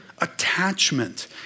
attachment